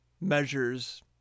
measures